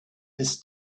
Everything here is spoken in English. this